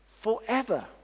forever